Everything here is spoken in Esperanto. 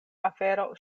afero